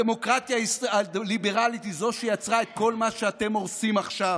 הדמוקרטיה הליברלית היא זו שיצרה את כל מה שאתם הורסים עכשיו: